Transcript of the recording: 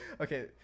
Okay